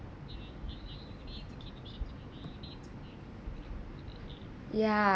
ya